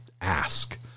ask